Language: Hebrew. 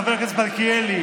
חבר הכנסת מלכיאלי,